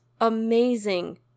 amazing